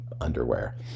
underwear